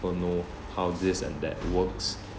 people know how this and that works